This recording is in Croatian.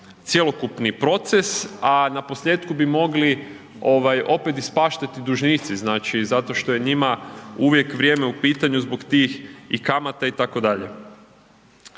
cjelokupni proces a na posljetku bi mogli opet ispaštati dužnici, znači zato što je njima uvijek vrijeme u pitanju zbog tih i kamata itd..